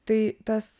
tai tas